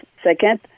Second